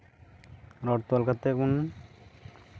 road ᱛᱚᱞ ᱠᱟᱛᱮᱫ ᱵᱚᱱ